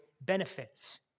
benefits